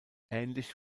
ähnlich